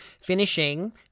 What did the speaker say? Finishing